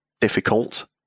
difficult